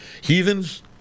Heathens